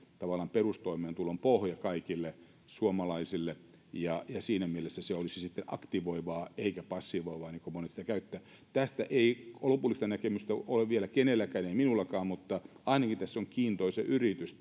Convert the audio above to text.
tavallaan perustoimeentulon pohja kaikille suomalaisille ja siinä mielessä se olisi sitten aktivoivaa eikä passivoivaa niin kuin monet siitä sanovat tästä ei lopullista näkemystä ole vielä kenelläkään ei minullakaan mutta ainakin tässä kohdassa nyt on kiintoisa yritys